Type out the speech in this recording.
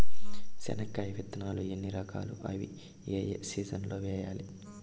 చెనక్కాయ విత్తనాలు ఎన్ని రకాలు? అవి ఏ ఏ సీజన్లలో వేయాలి?